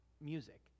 music